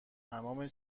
تمام